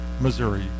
Missouri